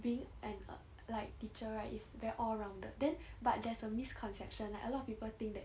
being an err like teacher right is very all rounded then but there's a misconception like a lot of people think that